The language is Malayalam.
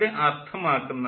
ഇത് അർത്ഥമാക്കുന്നത്